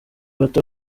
bato